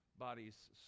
bodies